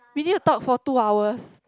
we need to talk for two hours